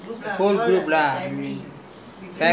we go play play once a while